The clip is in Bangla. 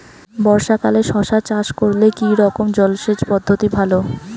বর্ষাকালে শশা চাষ করলে কি রকম জলসেচ পদ্ধতি ভালো?